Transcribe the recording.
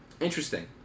Interesting